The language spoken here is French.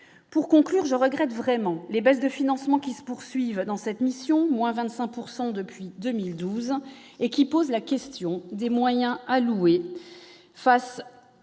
pour conclure, je regrette vraiment les baisses de financement qui se poursuivent dans cette mission, moins 25 pourcent depuis 2012 ans et qui pose la question des moyens alloués face